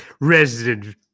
Resident